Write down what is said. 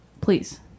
Please